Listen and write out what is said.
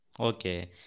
Okay